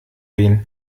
gehen